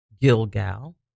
Gilgal